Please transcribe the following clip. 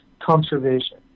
conservation